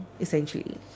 essentially